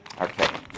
Okay